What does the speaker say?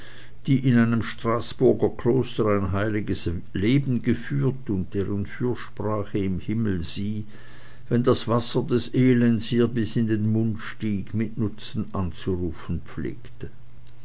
die in einem straßburger kloster ein heiliges leben geführt und deren fürsprache im himmel sie wenn das wasser des elends ihr bis an den mund stieg mit nutzen anzurufen pflegte